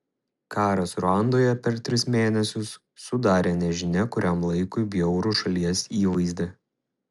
karas ruandoje per tris mėnesius sudarė nežinia kuriam laikui bjaurų šalies įvaizdį